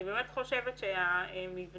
אני באמת חושבת שהמבנה